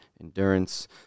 endurance